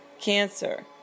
Cancer